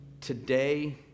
Today